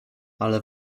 ale